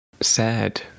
sad